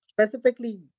specifically